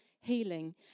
healing